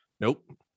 Nope